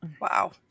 wow